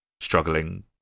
struggling